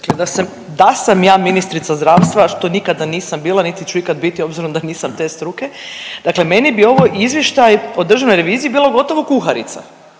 Da sam ja ministrica zdravstva, što nikada nisam bila niti ću ikada biti obzirom da nisam te struke, dakle meni bi ovaj izvještaj o državnoj reviziji bilo gotovo kuharica,